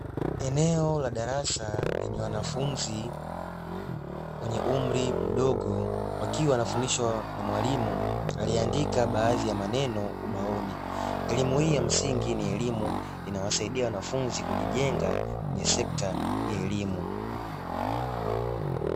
Eneo la darasa lenye wanafunzi wenye umri mdogo, wakiwa wanafundishwa na mwalimu aliyeandika baadhi ya maneno ubaoni. Elimu hii ya msingi ni elimu inayowasaidia wanafunzi kujijenga kwenye sekta ya elimu.